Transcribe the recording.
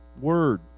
word